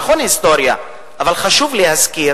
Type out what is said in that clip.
נכון שזה היסטוריה, אבל חשוב להזכיר